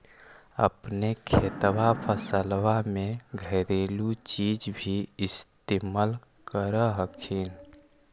अपने खेतबा फसल्बा मे घरेलू चीज भी इस्तेमल कर हखिन?